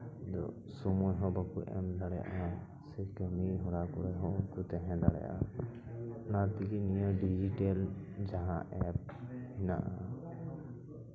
ᱫᱚ ᱥᱚᱢᱚᱭ ᱦᱚᱸ ᱵᱟᱠᱚ ᱮᱢ ᱫᱟᱲᱮᱭᱟᱜᱼᱟ ᱥᱮ ᱠᱟᱹᱢᱤᱦᱚᱨᱟ ᱠᱚᱨᱮ ᱦᱚᱸ ᱵᱟᱠᱚ ᱛᱟᱦᱮᱸ ᱫᱟᱲᱮᱭᱟᱜᱼᱟ ᱚᱱᱟ ᱛᱮᱜᱤᱧ ᱢᱮᱱᱟ ᱰᱤᱡᱤᱴᱮᱞ ᱡᱟᱦᱟᱸ ᱮᱯ ᱦᱮᱱᱟᱜᱼᱟ